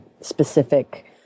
specific